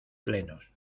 plenos